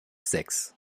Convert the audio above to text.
sechs